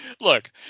Look